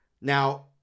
Now